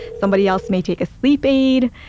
somebody else may take a sleep aid.